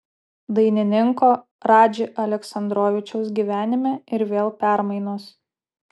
dainininko radži aleksandrovičiaus gyvenime ir vėl permainos